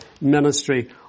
ministry